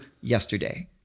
yesterday